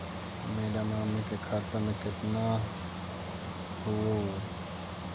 मेरा मामी के खाता में कितना हूउ?